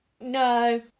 No